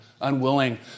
unwilling